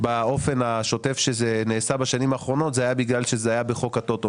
באופן השוטף שזה נעשה בשנים האחרונות זה היה בגלל שזה היה בחוק הטוטו.